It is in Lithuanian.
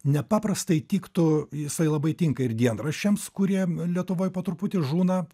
nepaprastai tiktų jisai labai tinka ir dienraščiams kurie lietuvoj po truputį žūna